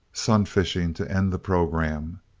sun-fishing to end the programme.